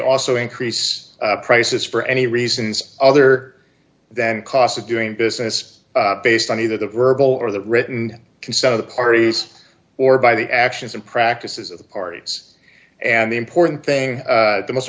also increase prices for any reasons other than cost of doing business based on either the verbal or the written consent of the parties or by the actions and practices of the parties and the important thing the most